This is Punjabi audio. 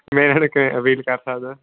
ਮੈਂ ਇਹਨਾਂ ਨੂੰ ਕਿਵੇਂ ਅਵੇਲ ਕਰ ਸਕਦਾਂ